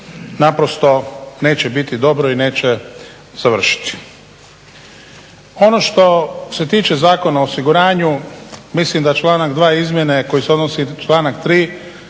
naprosto neće biti dobro i neće završiti. Ono što se tiče Zakona o osiguranju, mislim da članak 2. izmjene koji se odnosi, članak 3.